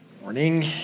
morning